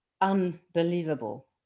unbelievable